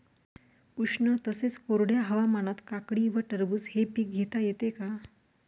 उष्ण तसेच कोरड्या हवामानात काकडी व टरबूज हे पीक घेता येते का?